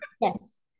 Yes